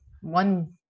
one